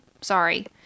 sorry